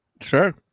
Sure